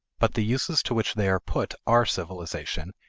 but the uses to which they are put are civilization,